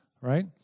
right